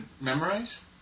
memorize